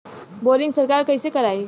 Boring सरकार कईसे करायी?